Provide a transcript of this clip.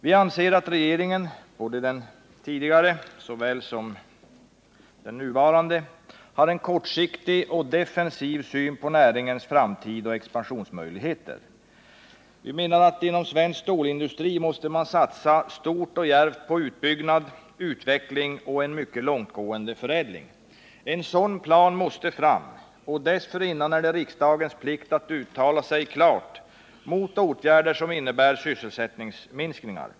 Vi anser att såväl den tidigare borgerliga regeringen som den nuvarande har en kortsiktig och defensiv syn på näringens framtid och expansionsmöjligheter. Vi menar att man inom svensk stålindustri måste satsa stort och djärvt på utbyggnad, utveckling och en mycket långtgående förädling. En sådan plan måste fram, och dessförinnan är det riksdagens plikt att klart uttala sig mot åtgärder som innebär sysselsättningsminskningar.